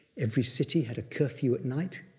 every city had a curfew at night,